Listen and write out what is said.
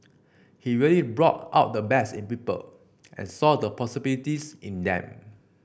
he really brought out the best in people and saw the possibilities in them